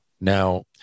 Now